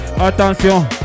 Attention